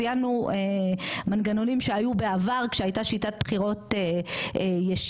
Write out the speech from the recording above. ציינו מנגנונים שהיו בעבר כשהייתה שיטת בחירות ישירה,